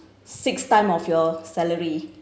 six time of your salary